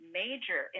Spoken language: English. major